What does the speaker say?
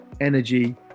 energy